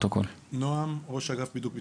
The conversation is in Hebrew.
אני ראש אגף בידוק ביטחוני.